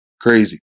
Crazy